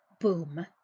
BOOM